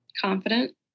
Confident